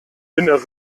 innern